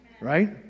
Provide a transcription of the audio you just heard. Right